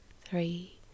three